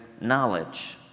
knowledge